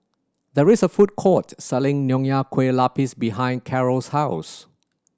there is a food court selling Nonya Kueh Lapis behind Karol's house